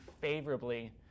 favorably